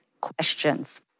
questions